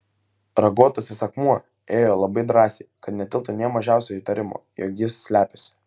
raguotasis akmuo ėjo labai drąsiai kad nekiltų nė mažiausio įtarimo jog jis slepiasi